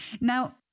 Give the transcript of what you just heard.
Now